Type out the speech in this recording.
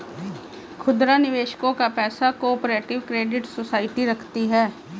खुदरा निवेशकों का पैसा को ऑपरेटिव क्रेडिट सोसाइटी रखती है